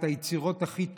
את היצירות הכי טובות,